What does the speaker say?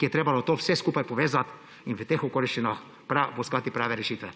ki je moral to vse skupaj povezati in v teh okoliščinah poiskati prave rešitve.